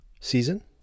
season